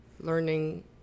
learning